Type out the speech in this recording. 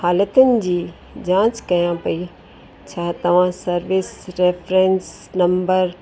हालतुनि जी जांच कयां पई छा तव्हां सर्विस रेफ्रेंस नंबर